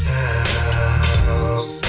house